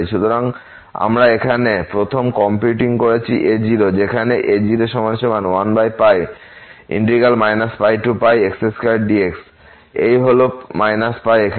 সুতরাং আমরা এখানে প্রথম কম্পিউটিং করছি a0 যেখানে a01 πx2dx এই হল এখানে